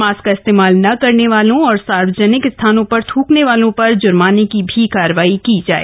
mask का इस्तेमाल न करने वालों और सार्वजनिक स्थानों पर थूकने वालों पर जुर्माने की कारवाई की जाए